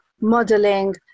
modeling